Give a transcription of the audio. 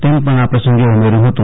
તેમ પણ આ પ્રસંગે ઉમેર્યુ હતું